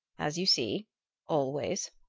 as you see always.